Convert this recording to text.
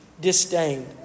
disdained